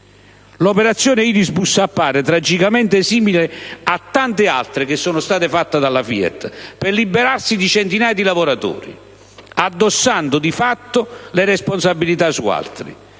L'operazione Irisbus appare tragicamente simile a tante altre fatte da FIAT per liberarsi di centinaia di lavoratori, addossando, di fatto, le responsabilità su altri.